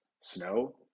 Snow